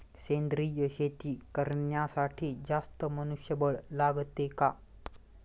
सेंद्रिय शेती करण्यासाठी जास्त मनुष्यबळ लागते का?